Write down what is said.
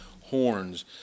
horns